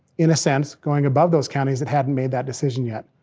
in a sense, going above those counties that hadn't made that decision yet.